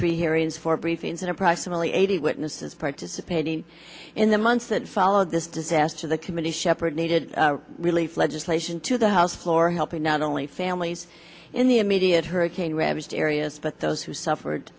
hearings four briefings and approximately eighty witnesses participating in the months that followed this disaster the committee shepherd needed relief legislation to the house floor helping not only families in the immediate hurricane ravaged areas but those who suffered